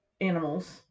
animals